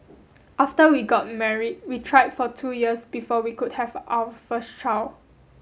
after we got married we tried for two years before we could have our first child